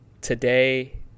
today